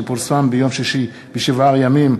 שפורסם ביום שישי ב"7 ימים",